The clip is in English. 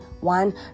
One